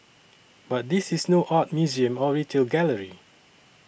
but this is no art museum or retail gallery